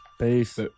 Peace